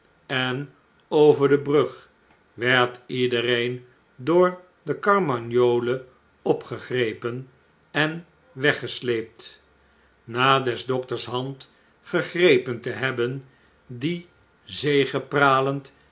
en over de brug werd iedereen door de carmagnole opgegrepen en weggesleept na des dokters hand gegrepen te hebben die